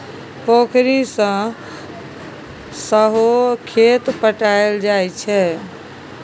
पोखरि सँ सहो खेत पटाएल जाइ छै